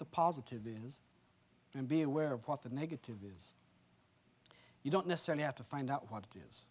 the positive is and be aware of what the negative is you don't necessarily have to find out what it is